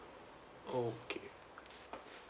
oh okay